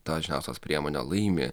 ta žiniaskaidos priemonė laimi